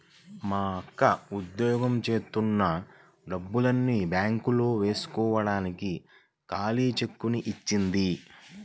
మా అక్క ఉద్యోగం జేత్తన్న డబ్బుల్ని బ్యేంకులో వేస్కోడానికి ఖాళీ చెక్కుని ఇచ్చింది